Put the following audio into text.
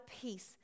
peace